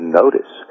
notice